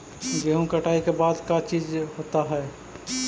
गेहूं कटाई के बाद का चीज होता है?